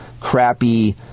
crappy